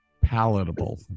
Palatable